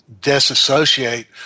disassociate